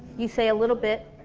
you say a little bit